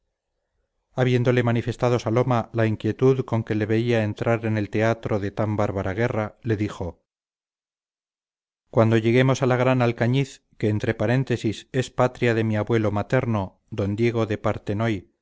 habiéndole manifestado saloma la inquietud con que le veía entrar en el teatro de tan bárbara guerra le dijo cuando lleguemos a la gran alcañiz que entre paréntesis es patria de mi abuelo materno d diego de paternoy almirante